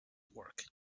work